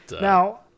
Now